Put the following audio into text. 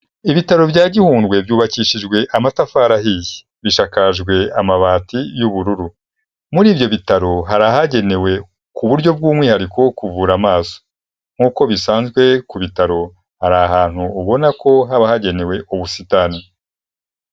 Ibitaro bya gihundwe byubakishijwe amatafarihiye, bishakakajwe amabati y'ubururu. Muri ibyo bitaro hari ahagenewe ku buryo bw'umwihariko wo kuvura amaso, nk'uko bisanzwe ku bitaro hari ahantu ubona ko haba hagenewe ubusitani.